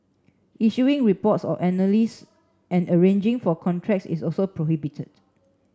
issuing reports or and arranging for contracts is also prohibited